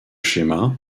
schéma